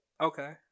Okay